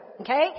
Okay